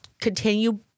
continue